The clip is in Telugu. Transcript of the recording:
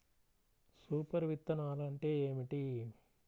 సూపర్ విత్తనాలు అంటే ఏమిటి?